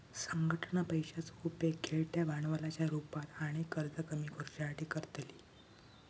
संघटना पैशाचो उपेग खेळत्या भांडवलाच्या रुपात आणि कर्ज कमी करुच्यासाठी करतली